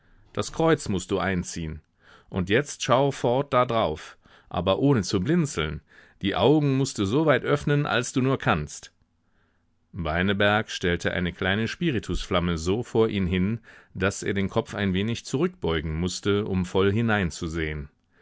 das kreuz mußt du einziehen und jetzt schau fort da drauf aber ohne zu blinzeln die augen mußt du so weit öffnen als du nur kannst beineberg stellte eine kleine spiritusflamme so vor ihn hin daß er den kopf ein wenig zurückbeugen mußte um voll hineinzusehen